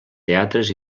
teatres